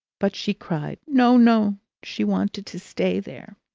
but she cried no, no she wanted to stay there!